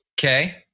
Okay